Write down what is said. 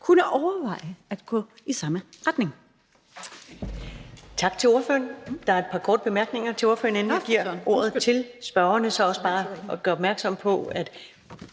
kunne overveje at gå i samme retning.